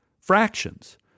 Fractions